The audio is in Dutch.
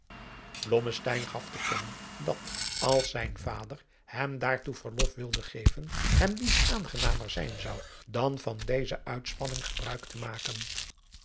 gaf te kennen dat als zijn vader hem daartoe verlof wilde geven hem niets aangenamer zijn zou dan van deze uitspanning gebruik te maken